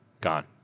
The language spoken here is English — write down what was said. Gone